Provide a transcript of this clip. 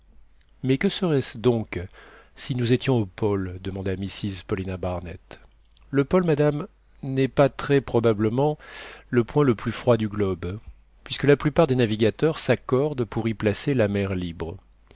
mais que serait-ce donc si nous étions au pôle demanda mrs paulina barnett le pôle madame n'est pas très probablement le point le plus froid du globe puisque la plupart des navigateurs s'accordent pour y placer la mer libre